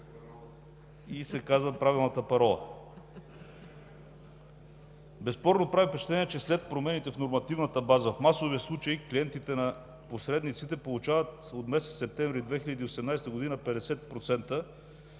и се казва правилната парола. Безспорно прави впечатление, че след промените в нормативната база в масовия случай клиентите на посредниците получават от месец септември 2018 г. 50%